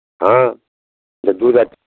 हाँ जब दूध अच